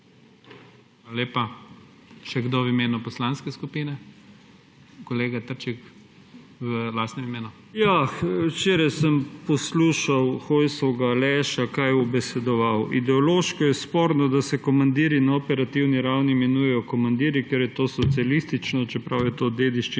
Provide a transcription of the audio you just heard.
lepa. Še kdo v imenu poslanske skupine? Kolega Trček v lastnem imenu. DR. FRANC TRČEK (PS SD): Ja. Včeraj sem poslušal Hojsovega Aleša, kaj je ubesedoval. Ideološko je sporno, da se komandirji na operativni ravni imenujejo komandirji, ker je to socialistično, čeprav je to dediščina